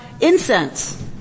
incense